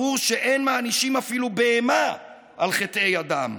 ברור שאין מענישים אפילו בהמה על חטא אדם,